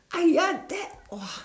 ah ya that !wah!